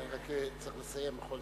אתה צריך לסיים בכל מקרה.